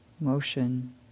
motion